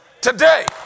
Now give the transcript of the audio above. today